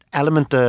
element